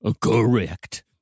correct